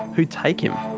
who'd take him?